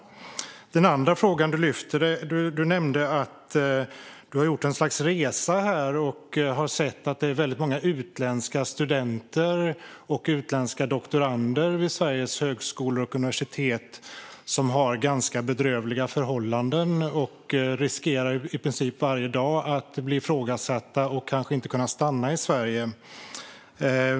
Den andra frågan gäller att du nämnde att du har gjort ett slags resa och sett att det är väldigt många utländska studenter och utländska doktorander vid Sveriges högskolor och universitet som lever under ganska bedrövliga förhållanden och i princip varje dag riskerar att bli ifrågasatta och kanske inte kunna stanna i Sverige.